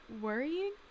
worrying